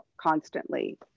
constantly